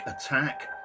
attack